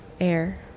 air